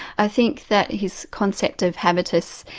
i think that his concept of habitus,